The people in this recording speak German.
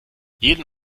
jeden